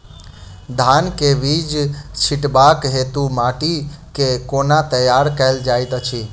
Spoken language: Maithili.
धान केँ बीज छिटबाक हेतु माटि केँ कोना तैयार कएल जाइत अछि?